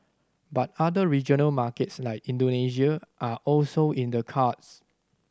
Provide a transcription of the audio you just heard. but other regional markets like Indonesia are also in the cards